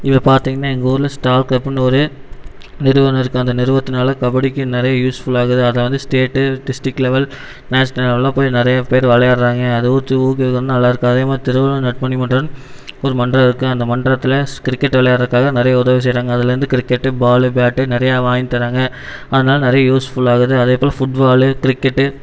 இப்போ பார்த்திங்கன்னா எங்கள் ஊரில் ஸ்டார்கிளப்புன்னு ஒரு நிறுவனம் இருக்கு அந்த நிறுவனத்துனால கபடிக்கு நிறைய யூஸ்ஃபுல்லாகுது அதாவது ஸ்டேட்டு டிஸ்டிக் லெவல் நேஷ்னல் லெவல்லாம் போய் நிறையா பேர் விளையாடுறாங்க அதுவும் நல்லாருக்கு அதே மாதிரி திருவிழா நற்பணி மன்றம்னு ஒரு மன்றம் இருக்கு அந்த மன்றத்தில் கிரிக்கெட் விளையாடுறதுக்காக நிறைய உதவி செய்யறாங்க அதுலருந்து கிரிக்கெட்டு பாலு பேட்டு நிறையா வாங்கி தராங்க அதனால நிறையா யூஸ்ஃபுல்லாகுது அதே போல் ஃபுட் பாலு கிரிக்கெட்டு